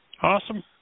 Awesome